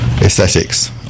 aesthetics